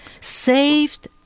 saved